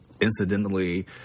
incidentally